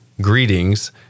greetings